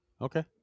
Okay